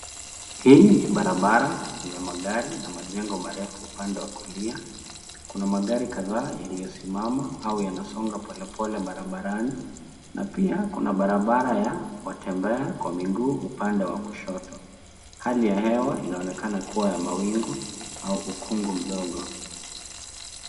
Hii ni barabara yenye magari na majengo marefu upande wakulia. Kuna magari kadhaa yaliyosimama au yanasonga polepole barabarani, na pia kuna barabara ya watembea kwa miguu upande wakushoto. Hali ya hewa inoanekana kuwa ya mawingu au ukungu mdogo.